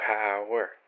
Power